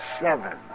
Seven